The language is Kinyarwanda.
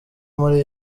muri